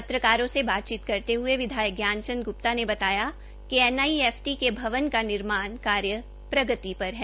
पत्रकारों से बातचीत करते हये विधायक ज्ञान चंद ग्प्ता ने बताया कि निफ्ट के भवन का निर्माण का कार्य प्रगति पर है